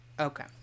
Okay